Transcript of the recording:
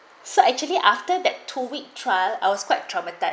so actually after that two week trial I was quite traumatic